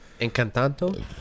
Encantanto